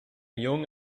young